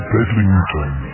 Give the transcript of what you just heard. Bedlington